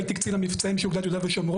הייתי קצין המבצעים של אוגדת יהודה ושומרון,